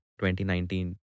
2019